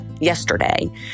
yesterday